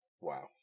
Wow